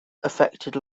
affected